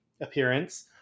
appearance